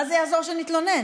מה זה יעזור שנתלונן?